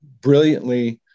brilliantly